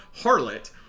harlot